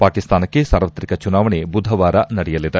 ಪಾಕಿಸ್ತಾನಕ್ಕೆ ಸಾರ್ವತ್ರಿಕ ಚುನಾವಣೆ ಬುಧವಾರ ನಡೆಯಲಿದೆ